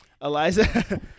Eliza